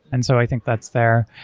and so i think that's there.